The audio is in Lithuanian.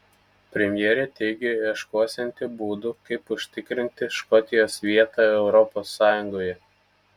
premjerė teigia ieškosianti būdų kaip užtikrinti škotijos vietą europos sąjungoje